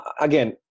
again